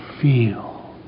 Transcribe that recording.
feel